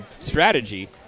strategy